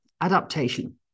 adaptation